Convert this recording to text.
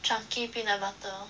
chunky peanut butter